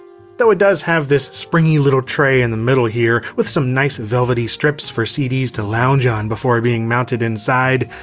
though it does have this springy little tray in the middle here, with some nice velvety strips for cds to lounge on before being mounted inside.